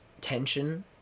tension